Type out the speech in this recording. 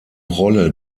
rolle